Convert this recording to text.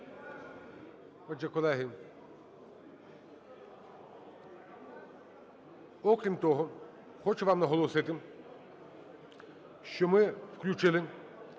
Отже, колеги, окрім того, хочу вам наголосити, що ми включили